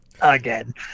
again